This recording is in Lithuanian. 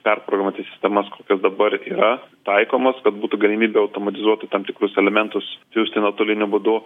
perprogramuoti sistemas kokios dabar yra taikomos kad būtų galimybė automatizuoti tam tikrus elementus siųsti nuotoliniu būdu